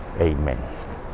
Amen